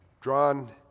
drawn